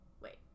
Wait